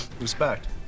Respect